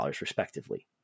respectively